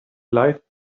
light